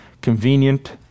convenient